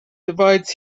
divides